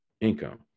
income